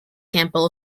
campbell